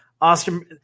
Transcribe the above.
Austin